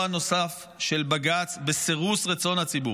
נוספת של בג"ץ בסירוס רצון הציבור.